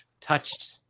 touched